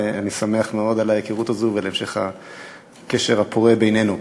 ואני שמח מאוד על ההיכרות הזאת ועל המשך הקשר הפורה בינינו.